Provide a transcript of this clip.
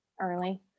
early